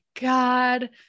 god